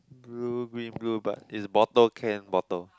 blue green blue but it's bottle can bottle